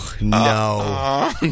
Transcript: no